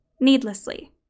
needlessly